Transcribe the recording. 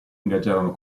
ingaggiarono